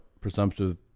presumptive